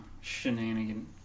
shenanigan